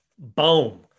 Boom